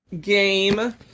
game